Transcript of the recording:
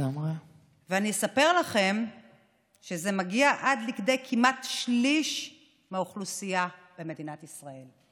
אני אספר לכם שזה מגיע עד לכדי כמעט שליש מהאוכלוסייה במדינת ישראל.